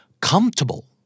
Comfortable